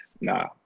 no